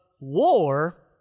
war